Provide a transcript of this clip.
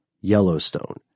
Yellowstone